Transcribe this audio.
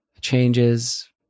changes